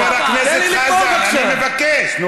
חבר הכנסת חזן, אני מבקש.